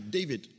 David